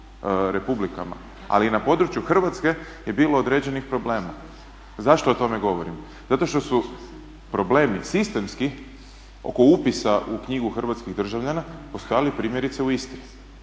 ali na području Hrvatske je bilo određenih problema. Zašto o tome govorim? Zato što su problemi sistemski oko upisa u knjigu hrvatskih državljana postojali primjerice u Istri